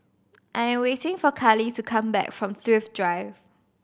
I'm waiting for Karly to come back from Thrift Drive